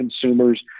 consumers